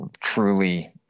truly